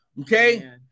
Okay